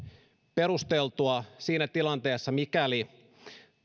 perusteltua siinä tilanteessa mikäli